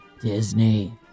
Disney